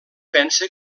pensa